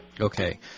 Okay